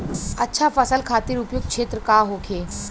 अच्छा फसल खातिर उपयुक्त क्षेत्र का होखे?